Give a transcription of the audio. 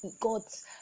god's